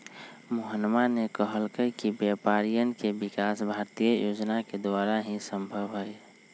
मोहनवा ने कहल कई कि व्यापारियन के विकास भारतीय योजना के द्वारा ही संभव हई